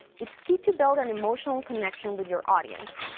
it's key to build an emotional connection with your audience.